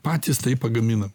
patys tai pagamina